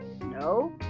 no